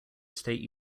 state